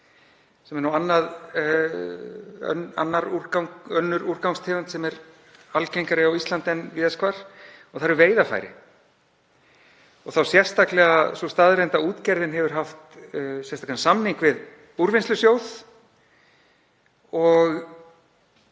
sem er önnur úrgangstegund sem er algengari á Íslandi en víðast hvar, en það eru veiðarfæri og þá sérstaklega þá staðreynd að útgerðin hefur haft sérstakan samning við Úrvinnslusjóð og